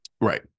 Right